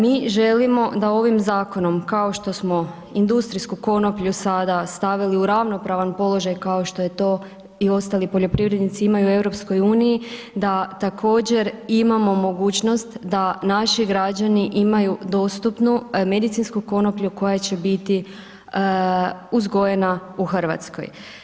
Mi želimo da ovim zakonom, kao što smo industrijsku konoplju sada stavili u ravnopravan položaj, kao što je to i ostali poljoprivrednici imaju u EU, da također imamo mogućnost da naši građani imaju dostupnu medicinsku konoplju koja će biti uzgojena u Hrvatskoj.